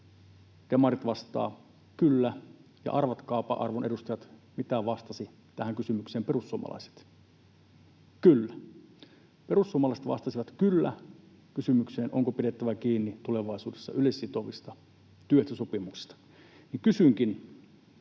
Demarit vastaa ”kyllä”. Ja arvatkaapa, arvon edustajat, mitä vastasi tähän kysymykseen perussuomalaiset? ”Kyllä.” Perussuomalaiset vastasivat ”kyllä” kysymykseen, onko pidettävä kiinni tulevaisuudessa yleissitovista työehtosopimuksista. Kysynkin,